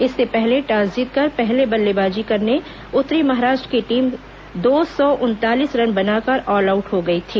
इससे पहले टॉस जीतकर पहले बल्लेबाजी करने उतरी महाराष्ट्र की टीम दो सौ उनतालीस रन बनाकर ऑलआउट हो गई थी